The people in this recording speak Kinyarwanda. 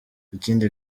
ikindi